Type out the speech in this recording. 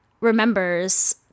remembers